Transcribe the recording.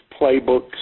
playbooks